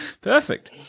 Perfect